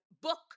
book